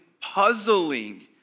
puzzling